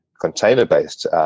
container-based